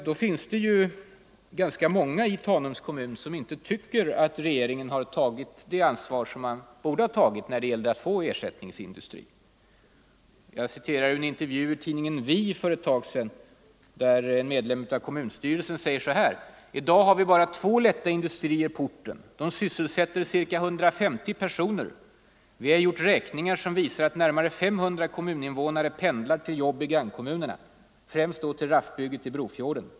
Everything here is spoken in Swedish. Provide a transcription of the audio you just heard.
Det finns ganska många i Tanums kommun som inte tycker att regeringen tagit tillräckligt ansvar för att skaffa ersättningsindustri till kommunen. I en intervju i tidningen Vi för ett tag sedan säger en medlem av kommunstyrelsen: ”I dag har vi bara två lätta industrier på orten. De sysselsätter ca 150 personer. Vi har gjort räkningar som visar att närmare 500 kommuninvånare pendlar till jobb i grannkommunerna. Främst då till Raffbygget i Brofjorden.